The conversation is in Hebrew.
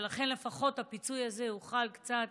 ולכן לפחות הפיצוי הזה יוכל קצת